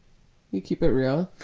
you keep it real